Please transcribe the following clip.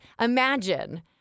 Imagine